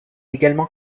également